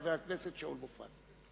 חבר הכנסת שאול מופז.